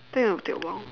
think it will take a while